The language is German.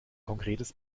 konkretes